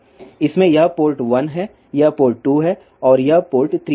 इसमें यह पोर्ट 1 है यह पोर्ट 2 है और यह पोर्ट 3 है